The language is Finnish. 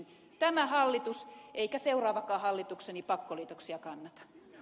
ei tämä hallitus eikä seuraavakaan hallitukseni pakkoliitoksia kannata